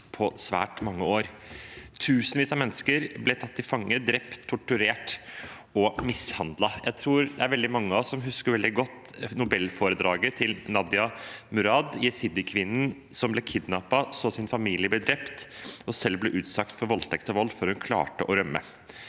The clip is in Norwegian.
på svært mange år. Tusenvis av mennesker ble tatt til fange, drept, torturert og mishandlet. Jeg tror det er veldig mange av oss som veldig godt husker nobelforedraget til Nadia Murad, jesidikvinnen som ble kidnappet, så sin familie bli drept og selv ble utsatt for voldtekt og vold før hun klarte å rømme.